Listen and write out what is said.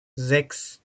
sechs